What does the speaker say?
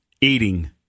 eating